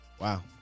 Wow